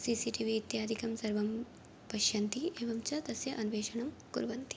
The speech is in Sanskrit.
सि सि टि वि इत्यादिकं सर्वं पश्यन्ति एवं च तस्य अन्वेषणं कुर्वन्ति